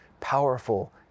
powerful